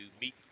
meet